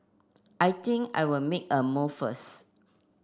I think I will make a move first